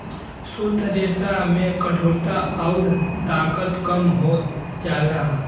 शुद्ध रेसा में कठोरता आउर ताकत कम हो जाला